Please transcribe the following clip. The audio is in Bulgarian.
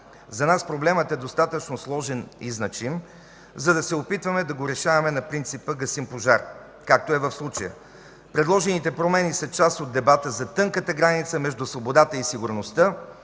За нас проблемът е достатъчно сложен и значим, за да се опитваме да го решаваме на принципа „гасим пожар”, както е в случая. Предложените промени са част от дебата за тънката граница между свободата и сигурността,